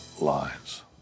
lines